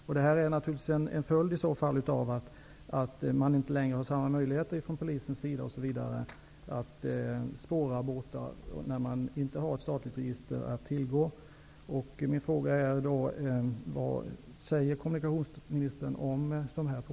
Detta är i så fall en följd av att polisen inte längre har samma möjligheter att spåra båtar när man inte har ett statligt register att tillgå.